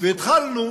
והתחלנו